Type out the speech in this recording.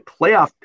playoff